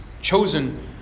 chosen